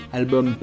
album